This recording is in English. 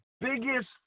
biggest